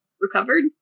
recovered